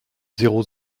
zéro